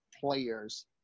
players